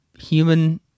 human